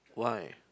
why